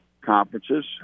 conferences